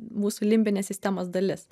mūsų limbinės sistemos dalis